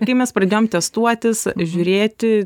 kai mes pradėjom testuotis žiūrėti